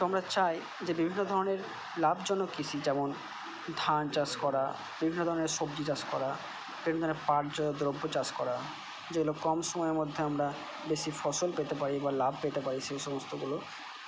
তো আমরা চাই যে বিভিন্ন ধরনের লাভজনক কৃষি যেমন ধান চাষ করা বিভিন্ন ধরনের সবজি চাষ করা বিভিন্ন ধরনের পাট জাতীয় দ্রব্য চাষ করা যেগুলো কম সময়ের মধ্যে আমরা বেশি ফসল পেতে পারি বা লাভ পেতে পারি সেই সমস্তগুলো